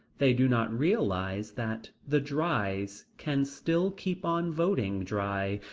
they do not realize that the drys can still keep on voting dry,